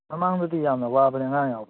ꯃꯃꯥꯡꯗꯗꯤ ꯌꯥꯝꯅ ꯋꯥꯕꯅꯤ ꯑꯉꯥꯡ ꯌꯥꯎꯕꯗꯣ